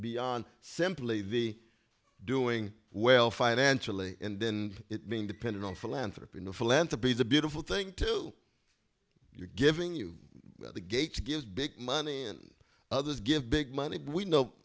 beyond simply the doing well financially and then it means depending on philanthropy in the philanthropies a beautiful thing too you're giving you the gates gives big money and others give big money we know